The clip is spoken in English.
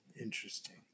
interesting